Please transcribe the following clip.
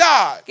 God